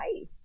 ice